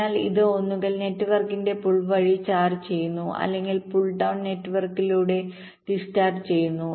അതിനാൽ ഇത് ഒന്നുകിൽ നെറ്റ്വർക്കിന്റെ പുൾ വഴി ചാർജ് ചെയ്യുന്നു അല്ലെങ്കിൽ പുൾ ഡൌൺ നെറ്റ്വർക്കിലൂടെഡിസ്ചാർജ് ചെയ്യുന്നു